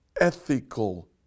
ethical